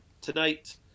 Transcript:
tonight